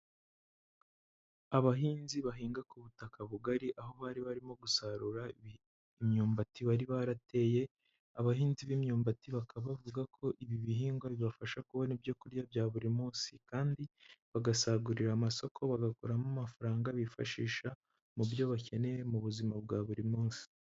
Abahinzi bahinga ku butaka bugari aho bari barimo gusarura imyumbati bari barateye, abahinzi b'imyumbati bakaba bavuga ko ibi bihingwa bibafasha kubona ibyo kurya bya buri munsi kandi bagasagurira amasoko bagakuramo amafaranga bifashisha mu byo bakeneye mu buzima bwa buri munsi.